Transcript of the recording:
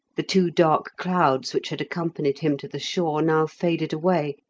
the two dark clouds which had accompanied him to the shore now faded away,